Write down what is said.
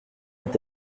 est